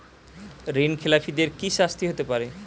ঋণ খেলাপিদের কি শাস্তি হতে পারে?